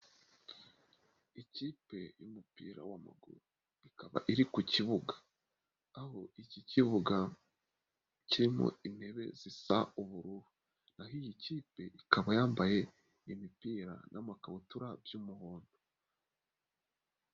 Ikipe y'umupira w'amaguru ikaba iri ku kibuga, aho iki kibuga kirimo intebe zisa ubururu, naho iyi kipe ikaba yambaye imipira n'amakabutura by'umuhondo.